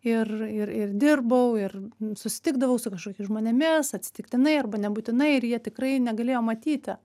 ir ir ir dirbau ir susitikdavau su kažkokiais žmonėmis atsitiktinai arba nebūtinai ir jie tikrai negalėjo matyti